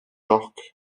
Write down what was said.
york